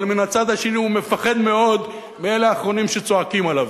אבל מן הצד השני הוא מפחד מאוד מאלה האחרונים שצועקים עליו.